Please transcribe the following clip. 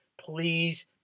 Please